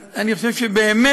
אז אני חושב שבאמת,